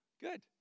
good